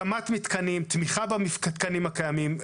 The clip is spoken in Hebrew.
מתקנים, תמיכה במתקנים הקיימים,